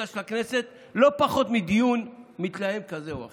של הכנסת לא פחות מדיון מתלהם כזה או אחר.